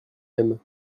mêmes